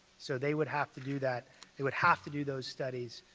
so they would have to do that they would have to do those studies